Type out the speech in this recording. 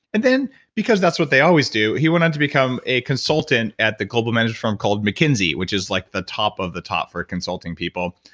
and then because that's what they always do, he went on to become a consultant at the global medical and firm called mckinsey, which is like the top of the top for consulting people.